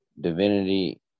divinity